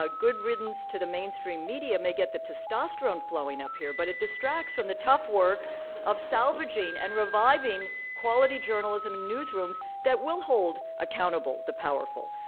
ah good riddance to the mainstream media may get the testosterone flowing up here, but it distracts from the tough work of salvaging and reviving quality journalism in newsrooms that will hold accountable the powerful.